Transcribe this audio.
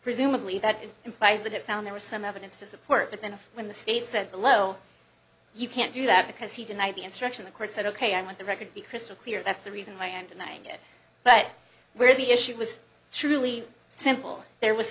presumably that implies that it found there was some evidence to support that then if when the state said below you can't do that because he denied the instruction the court said ok i want the record be crystal clear that's the reason why i'm denying it but where the issue was truly simple there was